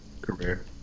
Career